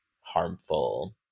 harmful